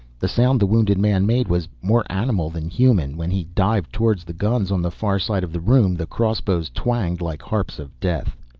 the sound the wounded man made was more animal than human. when he dived towards the guns on the far side of the room the crossbows twanged like harps of death.